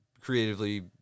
creatively